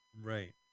Right